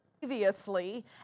previously